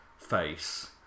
face